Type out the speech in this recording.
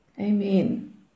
Amen